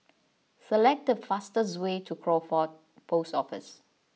select the fastest way to Crawford Post Office